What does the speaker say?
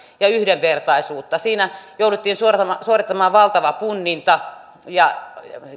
ja yhdenvertaisuutta siinä jouduttiin suorittamaan suorittamaan valtava punninta